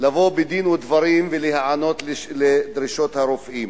לבוא בדין ודברים ולהיענות לדרישות הרופאים.